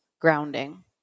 grounding